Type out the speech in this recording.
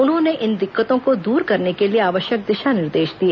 उन्होंने इन दिक्कतों को दूर करने के लिए आवश्यक दिशा निर्देश दिए